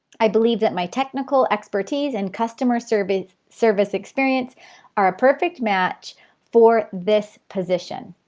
i believe that my technical expertise and customer service service experience are a perfect match for this position.